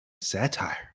satire